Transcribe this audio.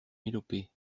mélopées